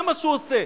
זה מה שהוא עושה,